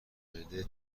معده